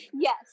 Yes